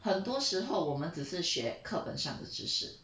很多时候我们只是写课本上的知识